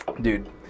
dude